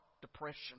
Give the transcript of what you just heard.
depression